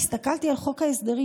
הסתכלתי על חוק ההסדרים,